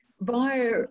via